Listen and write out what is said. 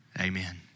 amen